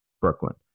Brooklyn